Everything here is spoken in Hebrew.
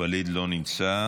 ווליד לא נמצא,